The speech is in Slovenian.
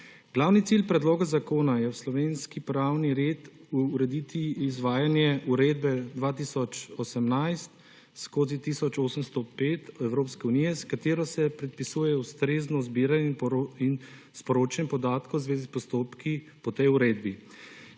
Glavni cilj predloga zakona je v slovenski pravni red urediti izvajanje uredbe 2018/1805 Evropske unije s katero se predpisuje ustrezno zbiranje in sporočanje podatkov v zvezi s postopki po tej uredbi.